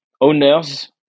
owners